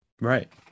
Right